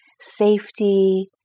safety